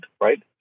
right